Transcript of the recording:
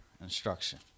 instruction